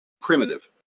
primitive